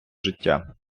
життя